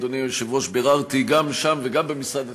אדוני היושב-ראש, ביררתי גם שם וגם במשרד התקשורת.